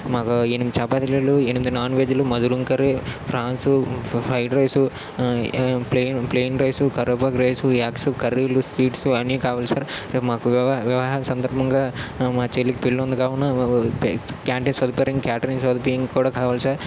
మాకు ఎనిమిది చపాతీలు ఎనిమిది నాన్ వెజ్లు మధురం curry prawns fried rice plain rice కరేపాకు రైస్ ఎగ్స్ కర్రీలు స్వీట్స్ అన్ని కావాలి సార్ రేపు మాకు వివాహ వివాహ సందర్భంగా మా చెల్లికి పెళ్లి ఉంది కావున వ వ క్యాంటీన్ సదుపాయం క్యాటరింగ్ సదుపాయం కూడా కావాలి సార్